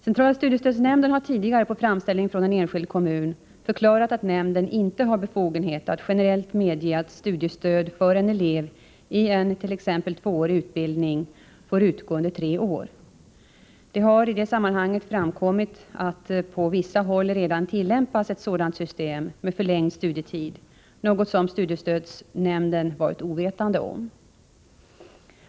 Centrala studiestödsnämnden har tidigare på framställning från en enskild kommun förklarat att nämnden inte har befogenhet att generellt medge att studiestöd för en elev i en t.ex. tvåårig utbildning får utgå under tre år. Det har i det sammanhanget framkommit att det på vissa håll redan tillämpas ett sådant system med förlängd studietid, något som studiestödsnämnden varit ovetande om.